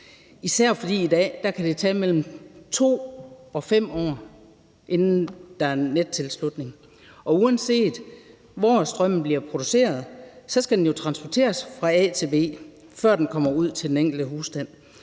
i dag kan tage mellem 2 og 5 år. Uanset hvor strømmen bliver produceret, skal den jo transporteres fra A til B, før den kommer ud til den enkelte husstand.